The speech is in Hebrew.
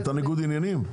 את הניגוד עניינים?